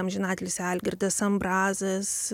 amžinatilsį algirdas ambrazas